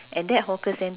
try already